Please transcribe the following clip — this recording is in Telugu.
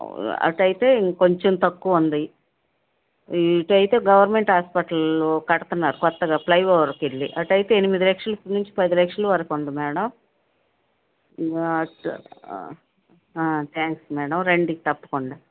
అటు అయితే ఇంక కొంచెం తక్కువ ఉంది ఇటు అయితే గవర్నమెంట్ హాస్పిటల్ కడుతున్నారు కొత్తగా ఫ్లైఓవర్కెళ్ళి అటు అయితే ఎనిమిది లక్షలకు మించి పది లక్షలు వరకు ఉంది మేడమ్ థ్యాంక్స్ మేడమ్ రండి తప్పకుండా